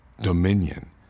dominion